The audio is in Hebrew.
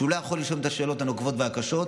והוא לא יכול לשאול את השאלות הנוקבות והקשות.